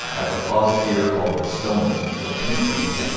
at the plaza theatre called the stoners. and it was a three-piece.